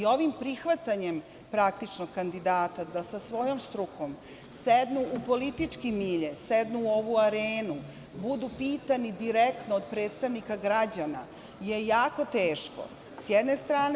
Ovim prihvatanjem kandidata da sa svojom strukom sednu u politički milje, sednu u ovu arenu, budu pitani direktno od predstavnika građana, je jako teško, s jedne strane.